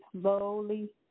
slowly